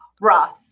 Ross